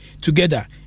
together